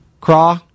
Craw